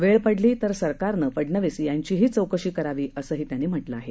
वेळ पडली तर सरकारनं फडनवीस यांचीही चौकशी करावी असंही त्यांनी म्हटलं आहे